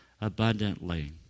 abundantly